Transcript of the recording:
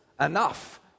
enough